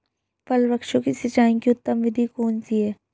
फल वृक्षों की सिंचाई की उत्तम विधि कौन सी है?